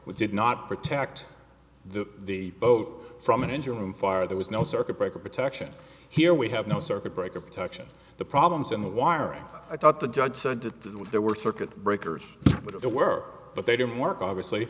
which did not protect the the boat from an engine room fire there was no circuit breaker protection here we have no circuit breaker protection the problems in the wiring i thought the judge said to their work circuit breakers with the work but they didn't work obviously